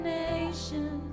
nation